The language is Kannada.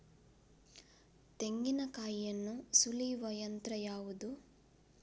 ತೆಂಗಿನಕಾಯಿಯನ್ನು ಸುಲಿಯುವ ಯಂತ್ರ ಯಾವುದು?